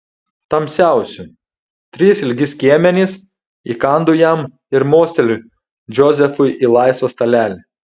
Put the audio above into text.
tamsiausių trys ilgi skiemenys įkandu jam ir mosteliu džozefui į laisvą stalelį